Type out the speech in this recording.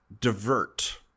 divert